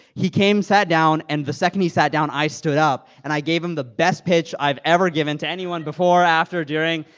he came, sat down. and the second he sat down, i stood up. and i gave him the best pitch i've ever given to anyone before, after, during,